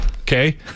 okay